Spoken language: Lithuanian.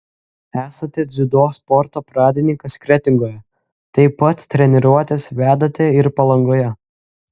esate dziudo sporto pradininkas kretingoje taip pat treniruotes vedate ir palangoje